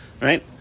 right